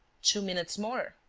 two minutes more!